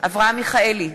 אברהם מיכאלי,